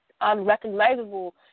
unrecognizable